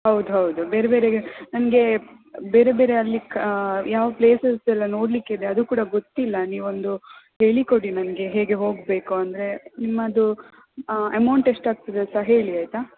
ಹೌದ್ಹೌದು ಬೇರೆ ಬೇರೆ ಈಗ ನನಗೆ ಬೇರೆ ಬೇರೆ ಅಲ್ಲಿ ಯಾವ ಪ್ಲೇಸಸ್ ಎಲ್ಲ ನೋಡಲಿಕ್ಕಿದೆ ಅದು ಕೂಡ ಗೊತ್ತಿಲ್ಲ ನೀವೊಂದು ಹೇಳಿ ಕೊಡಿ ನನಗೆ ಹೇಗೆ ಹೋಗಬೇಕು ಅಂದರೆ ನಿಮ್ಮದು ಅಮೌಂಟ್ ಎಷ್ಟಾಗ್ತದೆ ಅಂತ ಹೇಳಿ ಆಯಿತಾ